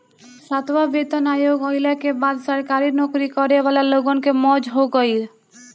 सातवां वेतन आयोग आईला के बाद सरकारी नोकरी करे वाला लोगन के मौज हो गईल